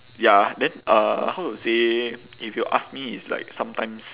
ya then uh how to say if you ask me it's like sometimes